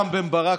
רם בן ברק,